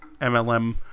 mlm